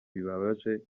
bibabaje